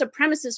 supremacists